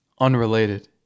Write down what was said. unrelated